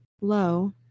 low